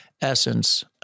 essence